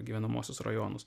gyvenamuosius rajonus